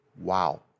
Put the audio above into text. Wow